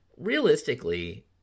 realistically